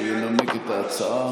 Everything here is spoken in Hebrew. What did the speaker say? שינמק את ההצעה,